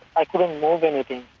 i couldn't move anything.